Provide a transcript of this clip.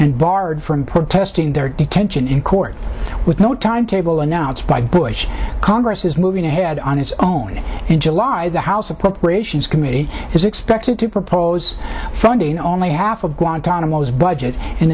and barred from protesting their detention in court with no timetable announced by bush congress is moving ahead on its own in july the house appropriations committee is expected to propose funding only half of guantanamo his budget in